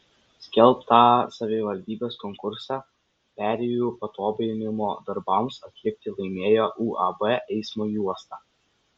skelbtą savivaldybės konkursą perėjų patobulinimo darbams atlikti laimėjo uab eismo juosta